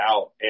out